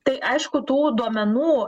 tai aišku tų duomenų